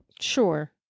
Sure